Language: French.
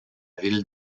ville